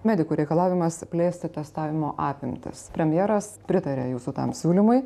medikų reikalavimas plėsti testavimo apimtis premjeras pritaria jūsų tam siūlymui